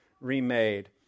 remade